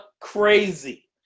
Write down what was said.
crazy